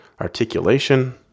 articulation